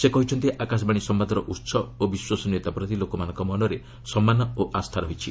ସେ କହିଛନ୍ତି ଆକାଶବାଣୀ ସମ୍ଭାଦର ଉତ୍ସ ଓ ବିଶ୍ୱସନୀୟତା ପ୍ରତି ଲୋକମାନଙ୍କ ମନରେ ସମ୍ମାନ ଓ ଆସ୍ଥା ରହିଛି